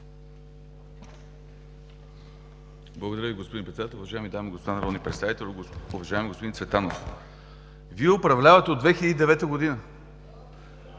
Благодаря Ви, господин Председател. Уважаеми дами и господа народни представители, уважаеми господин Цветанов! Вие управлявате от 2009 г.!